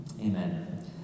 Amen